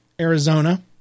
Arizona